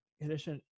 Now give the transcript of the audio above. condition